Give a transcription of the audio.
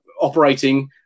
operating